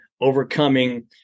overcoming